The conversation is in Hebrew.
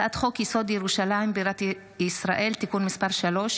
הצעת חוק-יסוד: ירושלים בירת ישראל (תיקון מס' 3),